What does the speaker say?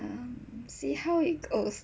um see how it goes